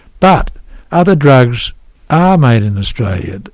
but other drugs are made in australia.